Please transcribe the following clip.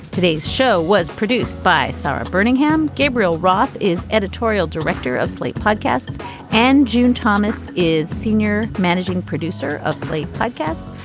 today's show was produced by sara bermingham. gabriel roth is editorial director of slate podcasts and june thomas is senior managing producer of slate podcast.